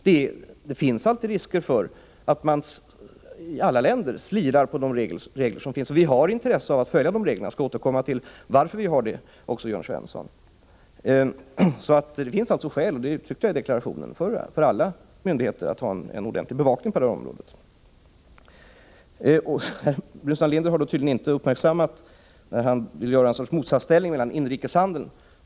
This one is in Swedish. Det finns nämligen alltid risker för att man i alla länder slirar på de regler som finns, och vi har intresse av att följa reglerna. Jag skall återkomma till varför vi har det, när jag vänder mig till Jörn Svensson. Det finns således skäl — och det uttryckte jag som sagt i deklarationen — för alla myndigheter att ha en ordentlig bevakning på detta område. Burenstam Linder vill skapa någon sorts motsatsställning på inrikeshandelns område.